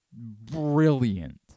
brilliant